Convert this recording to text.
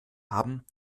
haben